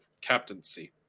captaincy